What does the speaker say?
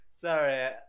Sorry